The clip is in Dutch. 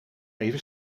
even